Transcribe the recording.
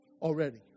already